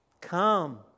Come